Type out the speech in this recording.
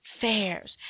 fairs